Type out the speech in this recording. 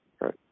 right